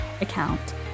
account